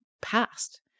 past